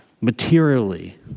materially